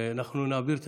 נעביר את